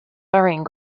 burying